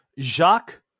Jacques